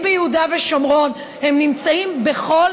הם נמצאים ביהודה ושומרון,